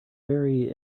very